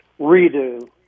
redo